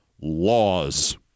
laws